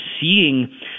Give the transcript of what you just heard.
seeing